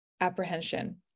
apprehension